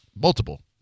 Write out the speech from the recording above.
multiple